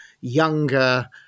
younger